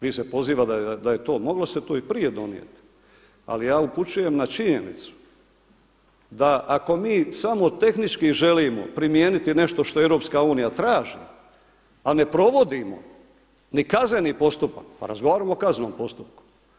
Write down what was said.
Vi se pozivate da se moglo se to, moglo se to i prije donijeti ali ja upućujem na činjenicu da ako mi samo tehnički želimo primijeniti nešto što EU traži, a ne provodimo ni kazneni postupak pa razgovarajmo o kaznenom postupku.